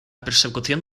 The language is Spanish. persecución